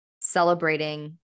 celebrating